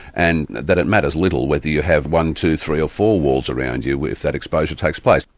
and that it matters little whether you have one, two, three or four walls around you, if that exposure takes place.